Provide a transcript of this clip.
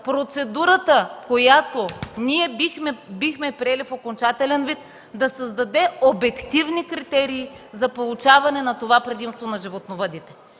процедурата, която ние бихме приели в окончателен вид, да създаде обективни критерии за получаване на това предимство на животновъдите.